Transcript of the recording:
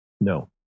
No